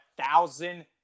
thousand